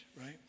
right